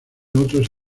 otros